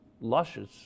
luscious